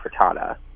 frittata